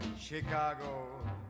Chicago